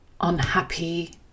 unhappy